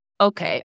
Okay